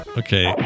okay